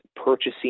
Purchasing